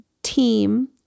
Team